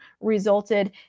resulted